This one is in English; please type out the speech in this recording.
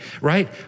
right